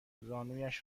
زانویش